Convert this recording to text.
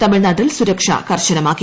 തമിഴ്നാട്ടിൽ സുരക്ഷ കർശനമാക്കി